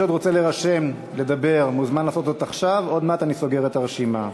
נעבור להצעת החוק הבאה: